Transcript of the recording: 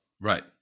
Right